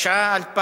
הכנסת,